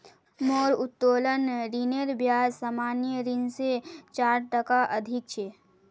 मोर उत्तोलन ऋनेर ब्याज सामान्य ऋण स चार टका अधिक छ